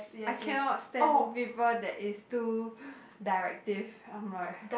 I cannot stand people that is too directive I'm like